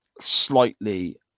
slightly